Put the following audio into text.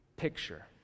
picture